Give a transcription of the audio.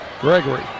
Gregory